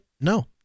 no